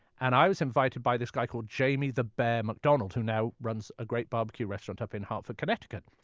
and i was invited by this guy called jamie the bear mcdonald, who now runs a great barbecue restaurant up in hartford, connecticut.